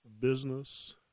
business